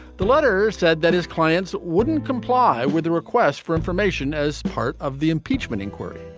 the letter said that his clients wouldn't comply with the request for information as part of the impeachment inquiry.